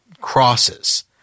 crosses